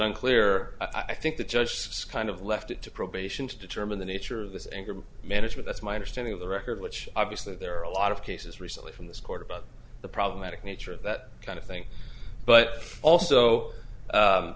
unclear i think the just scan of left it to probation to determine the nature of this anger management it's my understanding of the record which obviously there are a lot of cases recently from this court about the problematic nature of that kind of thing but also